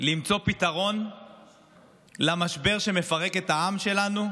למצוא פתרון למשבר שמפרק את העם שלנו,